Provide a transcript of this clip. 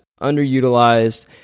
underutilized